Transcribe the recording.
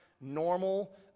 normal